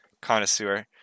connoisseur